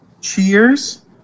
Cheers